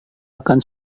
akan